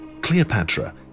Cleopatra